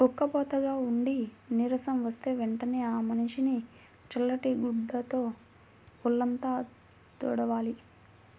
ఉక్కబోతగా ఉండి నీరసం వస్తే వెంటనే ఆ మనిషిని చల్లటి గుడ్డతో వొళ్ళంతా తుడవాలి